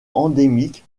endémique